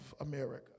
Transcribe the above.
America